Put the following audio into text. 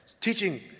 teaching